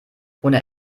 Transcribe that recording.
ohne